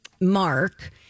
Mark